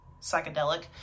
psychedelic